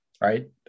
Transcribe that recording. Right